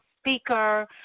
speaker